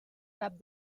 cap